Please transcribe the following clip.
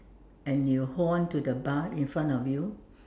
and you hold on to the bar in front of you